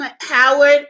Howard